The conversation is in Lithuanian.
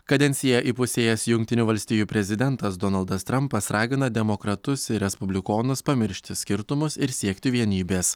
kadenciją įpusėjęs jungtinių valstijų prezidentas donaldas trampas ragina demokratus ir respublikonus pamiršti skirtumus ir siekti vienybės